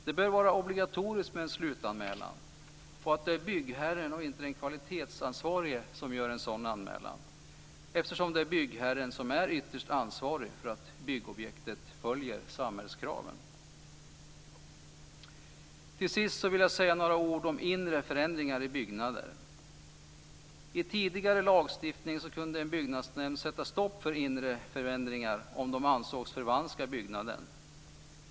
Det bör vara obligatoriskt med en slutanmälan och att det är byggherren och inte den kvalitetsansvarige som gör en sådan anmälan, eftersom det är byggherren som är ytterst ansvarig för att byggobjektet följer samhällskraven. Till sist vill jag säga några ord om inre förändringar i byggnader. I tidigare lagstiftning kunde en byggnadsnämnd sätta stopp för inre förändringar om de ansågs förvanska byggnaden.